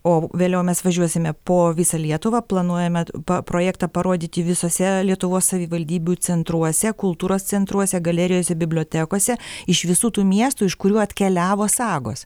o vėliau mes važiuosime po visą lietuvą planuojame pa projektą parodyti visose lietuvos savivaldybių centruose kultūros centruose galerijose bibliotekose iš visų tų miestų iš kurių atkeliavo sagos